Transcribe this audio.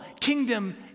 kingdom